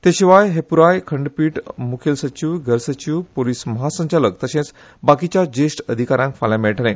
ते शिवाय हे पुराय खंडपीठ मुखेल सचिव घर सचिव पोलीस महासंचालक तशेच बाकीच्या ज्येष्ठ अधिकाऱ्यांक फाल्या मेळटले